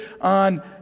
on